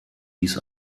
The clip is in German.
dies